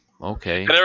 Okay